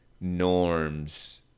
norms